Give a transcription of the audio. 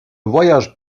voyage